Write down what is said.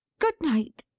good night!